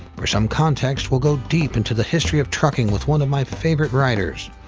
for some context, we'll go deep into the history of trucking with one of my favorite writers.